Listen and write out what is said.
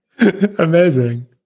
Amazing